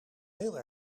heel